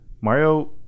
Mario